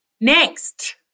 Next